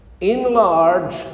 Enlarge